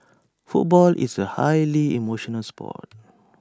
football is A highly emotional Sport